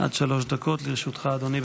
עד שלוש דקות לרשותך, אדוני.